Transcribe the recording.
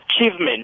achievement